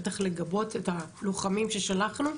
בטח לגבות את הלוחמים ששלחנו,